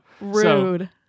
rude